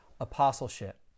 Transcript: apostleship